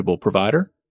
Provider